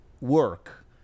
work